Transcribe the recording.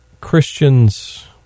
Christians